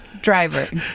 driver